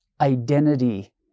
identity